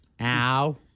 Ow